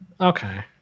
Okay